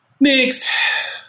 next